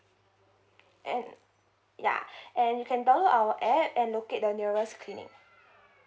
and ya and you can download our app and locate the nearest clinic